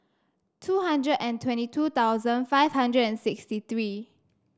two hundred and twenty two thousand five hundred and sixty three